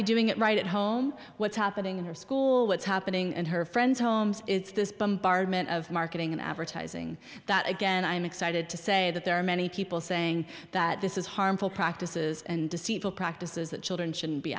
be doing it right at home what's happening in her school what's happening in her friends homes it's this bombardment of marketing and advertising that again i'm excited to say that there are many people saying that this is harmful practices and deceitful practices that children should